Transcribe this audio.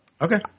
Okay